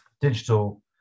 Digital